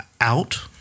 out